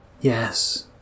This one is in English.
Yes